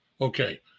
Okay